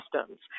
systems